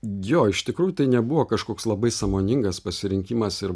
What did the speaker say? jo iš tikrųjų tai nebuvo kažkoks labai sąmoningas pasirinkimas ir